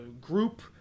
group